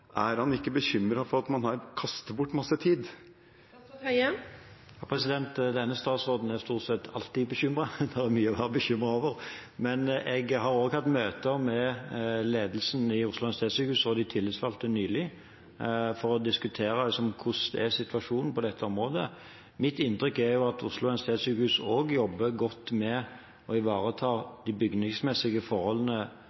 Er han ikke bekymret for at man her kaster bort masse tid? Denne statsråden er stort sett alltid bekymret, det er mye å være bekymret over, men jeg har hatt møter med ledelsen i Oslo universitetssykehus og de tillitsvalgte nylig for å diskutere hvordan situasjonen er på dette området. Mitt inntrykk er at Oslo universitetssykehus også jobber godt med å